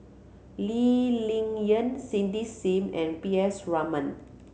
Lee Ling Yen Cindy Sim and P S Raman